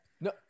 No